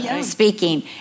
speaking